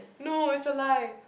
no is a lie